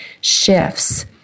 shifts